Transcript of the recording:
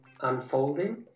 unfolding